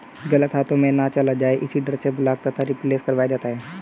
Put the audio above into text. गलत हाथों में ना चला जाए इसी डर से ब्लॉक तथा रिप्लेस करवाया जाता है